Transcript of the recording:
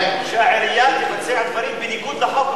שהעירייה תבצע דברים בניגוד לחוק,